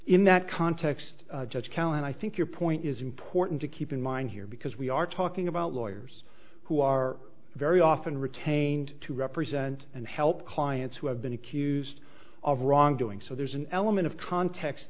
in that context judge callan i think your point is important to keep in mind here because we are talking about lawyers who are very often retained to represent and help clients who have been accused of wrongdoing so there's an element of context